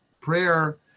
prayer